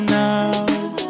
now